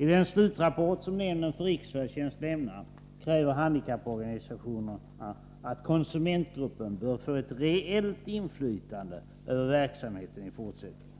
I den slutrapport som nämnden för riksfärdtjänst lämnat kräver handikapporganisationerna att konsumentgruppen skall få ett reellt inflytande över verksamheten i fortsättningen.